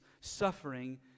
suffering